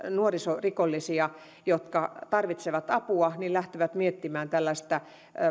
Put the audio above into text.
nuorisorikollisia jotka tarvitsevat apua lähtevät miettimään tällaista